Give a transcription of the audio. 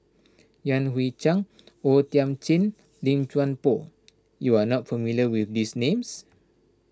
Yan Hui Chang O Thiam Chin Lim Chuan Poh you are not familiar with these names